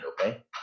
okay